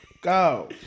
Go